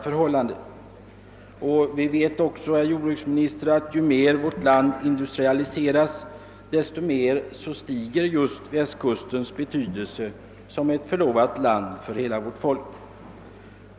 Herr jordbruksministern vet också att ju mer vårt land industrialiseras, desto mer stiger västkustens betydelse som ett förlovat land för hela vårt folk.